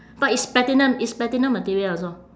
but it's platinum it's platinum material also